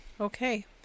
Okay